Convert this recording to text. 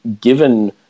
given